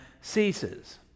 ceases